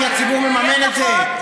כי הציבור מממן את זה?